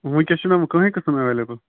وٕنکیٚس چھُ نہَ ونۍ کٕہٕنۍ قسم ایویلیبل